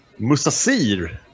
Musasir